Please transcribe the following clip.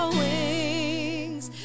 wings